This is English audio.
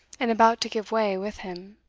and about to give way with him.